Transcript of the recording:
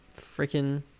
freaking